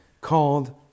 called